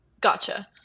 Gotcha